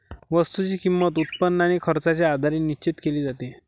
वस्तूची किंमत, उत्पन्न आणि खर्चाच्या आधारे निश्चित केली जाते